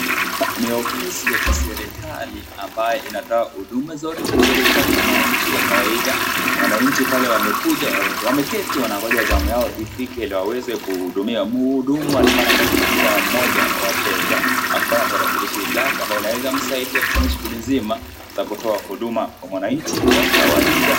Ni ofisi ya kiserikali ambayo inatoa Huduma zote za serikali kwa mwananchi wa kawaida. Wananchi pale wameketi wanangoja zamu yao ifike Ili waweze kuhudumiwa. Mhudumu bado anazungumza na mmoja wa wateja ambayo ana tarakilishi lake ambayo inamsaidia kufanya shughuli nzima za kutoa huduma kwa mwananchi wa kawaida.